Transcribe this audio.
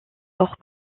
hors